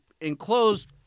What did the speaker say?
enclosed